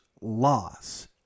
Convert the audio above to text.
loss